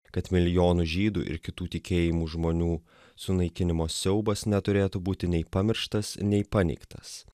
kad milijonų žydų ir kitų tikėjimų žmonių sunaikinimo siaubas neturėtų būti nei pamirštas nei paneigtas